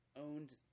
owned